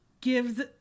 gives